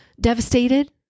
devastated